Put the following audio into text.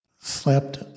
slept